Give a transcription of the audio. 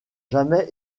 jamais